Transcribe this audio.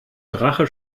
drache